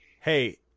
hey